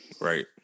right